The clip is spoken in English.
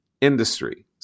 Industry